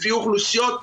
לפי אוכלוסיות,